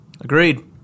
Agreed